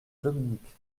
dominique